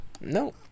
No